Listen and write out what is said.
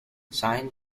sine